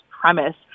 premise